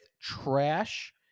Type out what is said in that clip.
trash